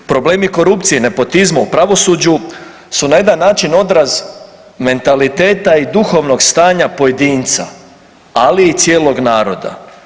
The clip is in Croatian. Problemi korupcije i nepotizma u pravosuđu su na jedan način odraz mentaliteta i duhovnog stanja pojedinca, ali i cijelog naroda.